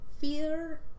fear